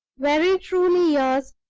very truly yours,